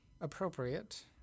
appropriate